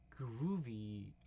groovy